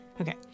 Okay